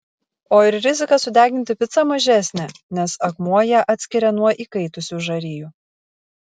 o ir rizika sudeginti picą mažesnė nes akmuo ją atskiria nuo įkaitusių žarijų